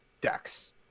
decks